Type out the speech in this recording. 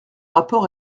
rapport